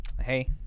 Hey